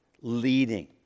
leading